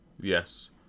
Yes